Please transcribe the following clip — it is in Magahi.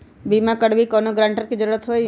बिमा करबी कैउनो गारंटर की जरूरत होई?